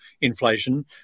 inflation